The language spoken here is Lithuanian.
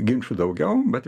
ginčų daugiau bet